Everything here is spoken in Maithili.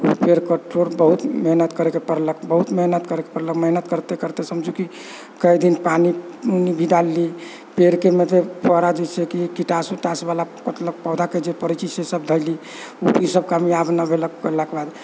ओ पेड़के ठोर बहुत मेहनत करैके पड़लक बहुत मेहनत करैके पड़लक मेहनत करते करते समझु कि कए दिन पानि भी डाललियै पेड़के मतलब फुहारा जइसे कि पोटाश वोटाशके जे सभ पड़ै छै सभ देलीह ईसभ कामयाब न भेलक करलाके बाद